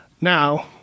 Now